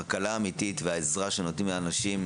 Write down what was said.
ההקלה האמיתית והעזרה שנותנים לאנשים,